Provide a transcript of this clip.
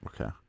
Okay